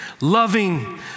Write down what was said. loving